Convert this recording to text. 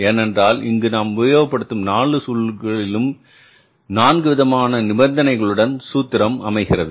ஏனென்றால் இங்கு நாம் உபயோகப்படுத்தும் நான்கு சூழல்களிலும் நான்குவிதமான நிபந்தனைகளுடன் சூத்திரம் அமைகிறது